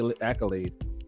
accolade